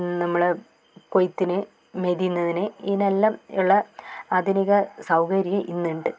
നമ്മൾ കൊയ്ത്തിന് മെതിയുന്നതിന് ഇയിനെല്ലാം ഉള്ള ആധുനിക സൗകര്യം ഇന്നുണ്ട്